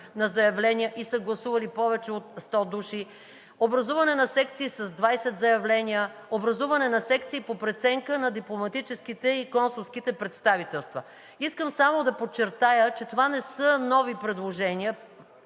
на заявления и са гласували повече от 100 души, образуване на секции с 20 заявления, образуване на секции по преценка на дипломатическите и консулските представителства. Искам само да подчертая, че това не са нови предложения.